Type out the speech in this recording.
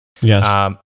Yes